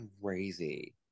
crazy